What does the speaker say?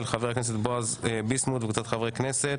של חבר הכנסת בועז ביסמוט וקבוצת חברי כנסת.